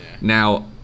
Now